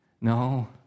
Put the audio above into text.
No